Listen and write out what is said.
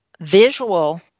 visual